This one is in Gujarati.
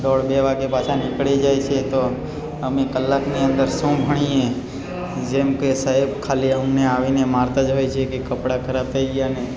દોઢ બે વાગે પાછા નીકળી જાય છે તો અમે કલાકની અંદર શું ભણીયે જેમ કે સાહેબ ખાલી અમને આવીને ખાલી મારતા જ હોય છે કે કપડા ખરાબ થઇ ગયાને